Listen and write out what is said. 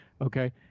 okay